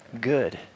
good